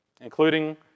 including